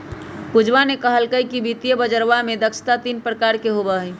पूजवा ने कहल कई कि वित्तीय बजरवा में दक्षता तीन प्रकार के होबा हई